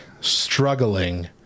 struggling